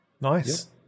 Nice